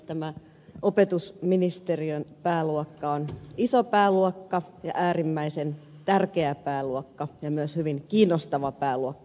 tämä opetusministeriön pääluokka on iso pääluokka ja äärimmäisen tärkeä pääluokka ja myös hyvin kiinnostava pääluokka